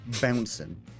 bouncing